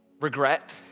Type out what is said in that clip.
regret